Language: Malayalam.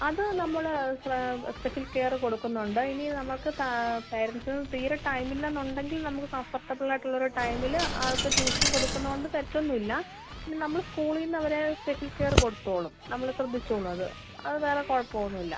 അത് നമ്മൾ സ്പെഷ്യൽ കെയറ് കൊടുക്കുന്നുണ്ട് ഇനി നമ്മൾക്ക് പാരൻറ്റ്സിന് തീരെ ടൈമ് ഇല്ല എന്ന് ഉണ്ടെങ്കിൽ നമ്മൾക്ക് കംഫർട്ടബിൾ ആയിട്ടുള്ള ഒരു ടൈമിൽ ആൾക്ക് ട്യൂഷൻ കൊടുക്കുന്നത് കൊണ്ട് തെറ്റ് ഒന്നും ഇല്ല നമ്മൾ സ്കൂളിൽ നിന്ന് അവരെ സ്പെഷ്യൽ കെയറ് കൊടുത്തോളും നമ്മൾ ശ്രദ്ധിച്ചോളും അത് അത് വേറെ കുഴപ്പം ഒന്നും ഇല്ല